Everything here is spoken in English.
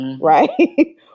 right